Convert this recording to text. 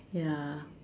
ya